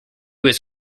was